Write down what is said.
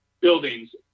buildings